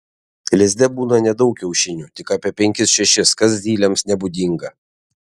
lizde būna nedaug kiaušinių tik apie penkis šešis kas zylėms nebūdinga